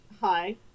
hi